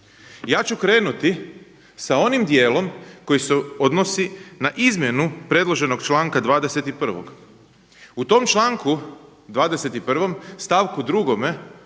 Ja ću krenuti sa onim dijelom koji se odnosi na izmjenu predloženog članka 21. U tom članku 21. stavku 2.